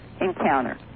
encounter